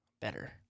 better